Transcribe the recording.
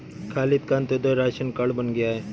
खालिद का Antyodaya ration card बन गया है